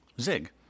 zig